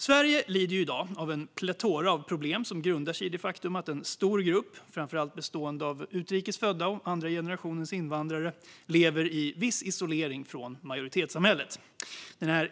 Sverige lider i dag av en plethora av problem som grundar sig i det faktum att en stor grupp, framför allt bestående av utrikes födda och andra generationens invandrare, lever i viss isolering från majoritetssamhället.